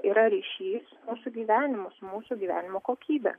yra ryšys sugyvenimas mūsų gyvenimo kokybė